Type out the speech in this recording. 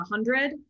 100